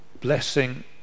blessing